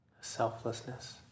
selflessness